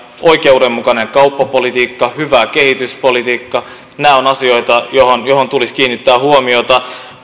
oikeudenmukainen kauppapolitiikka hyvä kehityspolitiikka nämä ovat asioita joihin tulisi kiinnittää huomiota